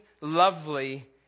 lovely